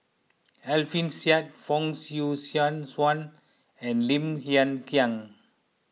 Alfian Sa'At Fong Swee Suan and Lim Hng Kiang